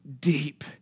deep